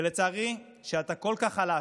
ולצערי, כשאתה כל כך חלש,